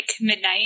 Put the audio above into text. midnight